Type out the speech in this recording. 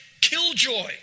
killjoy